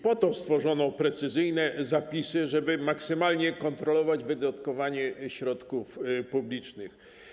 Po to stworzono precyzyjne zapisy, żeby maksymalnie kontrolować wydatkowanie środków publicznych.